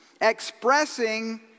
expressing